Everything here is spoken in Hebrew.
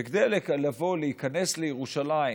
וכדי לבוא להיכנס לירושלים